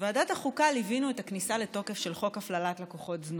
בוועדת החוקה ליווינו את הכניסה לתוקף של חוק הפללת לקוחות זנות,